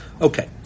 Okay